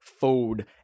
food